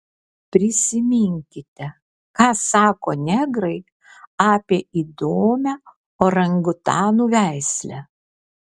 prisiminkite ką sako negrai apie įdomią orangutanų veislę